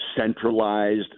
centralized